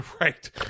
Right